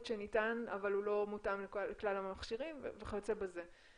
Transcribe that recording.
שניתן אבל הוא לא מותאם לכלל המכשירים וכיוצא בזה.